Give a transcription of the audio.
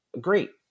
great